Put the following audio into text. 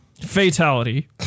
Fatality